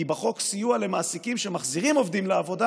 כי בחוק סיוע למעסיקים שמחזירים עובדים לעבודה